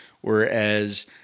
Whereas